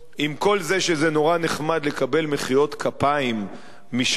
עם כל זה שזה נורא נחמד לקבל מחיאות כפיים משגריר